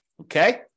Okay